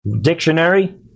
Dictionary